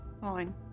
Fine